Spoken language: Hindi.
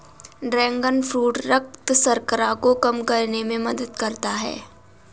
ड्रैगन फ्रूट रक्त शर्करा को कम करने में मदद करता है